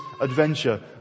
adventure